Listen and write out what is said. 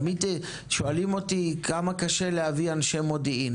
מיד שואלים אותי: כמה קשה להביא אנשי מודיעין?